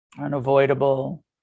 unavoidable